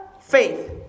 faith